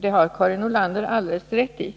Det har Karin Nordlander alldeles rätt i.